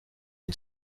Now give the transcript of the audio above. une